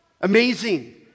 Amazing